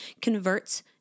converts